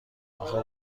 اخه